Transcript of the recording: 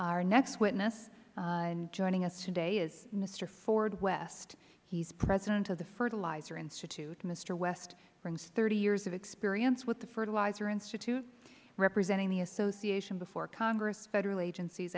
our next witness joining us today is mister ford west he is president of the fertilizer institute mister west brings thirty years of experience with the fertilizer institute representing the association before congress federal agencies